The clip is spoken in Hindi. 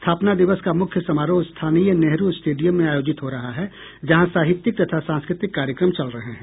स्थापना दिवस का मुख्य समारोह स्थानीय नेहरू स्टेडियम में आयोजित हो रहा है जहां साहित्यक तथा सांस्कृतिक कार्यक्रम चल रहे हैं